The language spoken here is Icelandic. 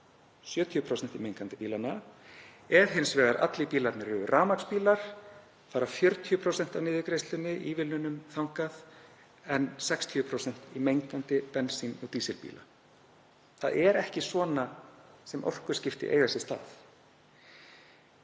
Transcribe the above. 70% til mengandi bílanna. Ef hins vegar allir bílarnir eru rafmagnsbílar fara 40% af niðurgreiðslunni þangað, en 60% í mengandi bensín- og dísilbíla. Það er ekki svona sem orkuskipti eiga sér stað.